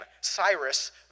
Cyrus